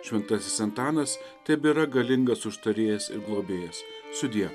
šventasis antanas tebėra galingas užtarėjas ir globėjas sudie